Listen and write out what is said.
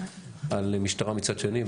על משטרה מצד שני,